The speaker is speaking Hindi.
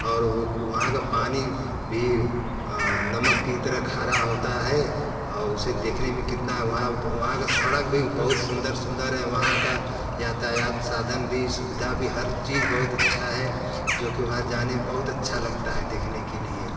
और वहाँ का पानी भी नमक की तरह खारा होता है उसे देखने में कितना वहाँ वहाँ का सड़क भी बहुत सुंदर सुंदर है वहाँ का यातायात साधन भी सुविधा भी हर चीज बहुत अच्छा है जो कि वहाँ जाने में बहुत अच्छा लगता है देखने के लिए